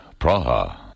Praha